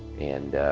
and